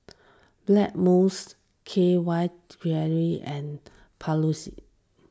Blackmores K Y Jelly and Papulex